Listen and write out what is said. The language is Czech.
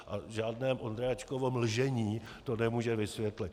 A žádné Vondráčkovo mlžení to nemůže vysvětlit.